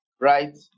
right